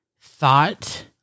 thought